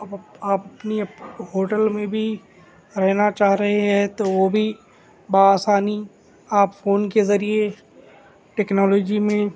اب اپ آپ اپنی اپ ہوٹل میں بی رہنا چاہ رہے ہے تو وہ بھی بہ آسانی آپ فون کے ذریعے ٹیکنالوجی میں